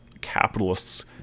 capitalists